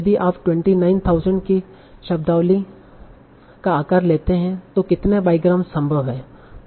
यदि आप 29000 की शब्दावली का आकार लेते हैं तो कितने बाईग्रामस संभव हैं